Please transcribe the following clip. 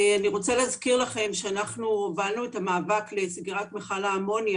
אני רוצה להזכיר לכם שאנחנו הובלנו את המאבק לסגירת מכל האמוניה